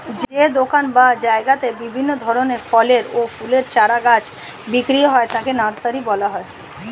যে দোকান বা জায়গাতে বিভিন্ন ধরনের ফলের ও ফুলের চারা গাছ বিক্রি হয় তাকে নার্সারি বলা হয়